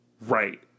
Right